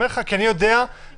כי אני יודע,